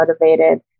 motivated